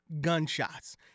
gunshots